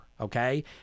okay